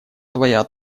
твоя